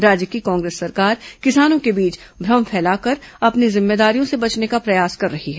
राज्य की कांग्रेस सरकार किसानों के बीच भ्रम फैलाकर अपनी जिम्मेदारियों से बचने का प्रयास कर रही है